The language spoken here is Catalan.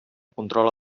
controla